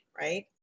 right